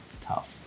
tough